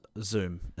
Zoom